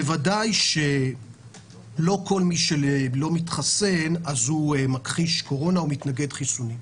בוודאי שלא כל מי שלא מתחסן הוא מכחיש קורונה או מתנגד חיסונים.